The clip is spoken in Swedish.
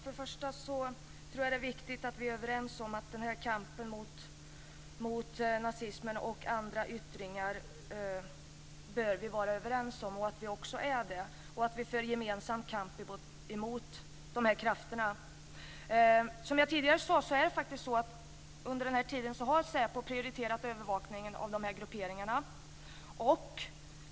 Herr talman! Det är viktigt att vi är överens om kampen mot nazismen och andra yttringar. Vi ska föra en gemensam kamp mot krafterna. SÄPO har prioriterat övervakningen av grupperingarna.